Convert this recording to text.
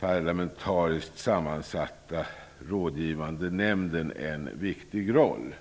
parlamentariskt sammansatta rådgivande nämnden en viktig roll.''